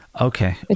Okay